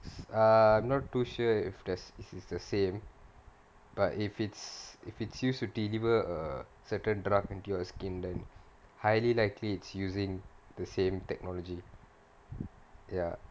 uh I'm not too sure if that's it is the same but if it's it's used to deliver a certain drug into your skin then highly likely it's using the same technology ya